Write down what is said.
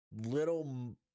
little